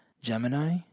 Gemini